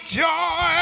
joy